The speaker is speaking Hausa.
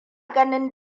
ganin